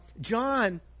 John